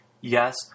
yes